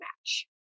match